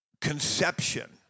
conception